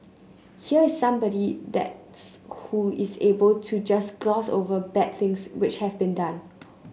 here is somebody that's who is able to just gloss over bad things which have been done